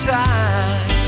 time